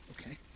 okay